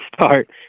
start